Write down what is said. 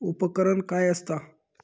उपकरण काय असता?